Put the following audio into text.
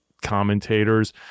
commentators